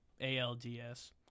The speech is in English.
ALDS